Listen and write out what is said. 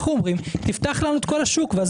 אנחנו אומרים תפתח לנו את כל השוק ואז